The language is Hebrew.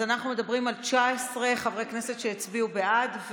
אז אנחנו מדברים על 19 חברי כנסת שהצביעו בעד,